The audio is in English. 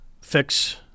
fix